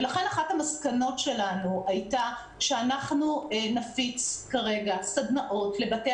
לכן אחת המסקנות שלנו הייתה שאנחנו נפיץ סדנאות לבתי